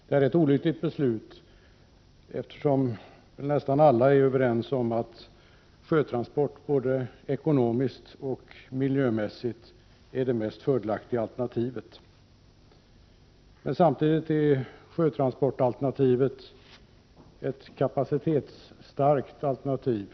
Herr talman! Det är ett olyckligt beslut som har fattats i detta fall. Nästan alla är väl överens om att sjötransport både ekonomiskt och miljömässigt här är det mest fördelaktiga transportsättet. Sjötransportalternativet är samtidigt ett kapacitetsstarkt alternativ.